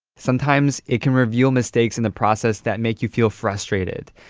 sometimes it can reveal mistakes in the process that make you feel frustrated,